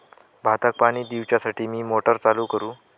भाताक पाणी दिवच्यासाठी मी मोटर चालू करू?